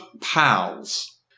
Pals